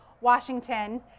Washington